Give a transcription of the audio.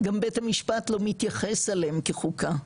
גם בית המשפט לא מתייחס אליהם כחוקה,